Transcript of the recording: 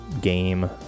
game